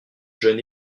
jeunes